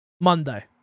Monday